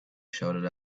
shouted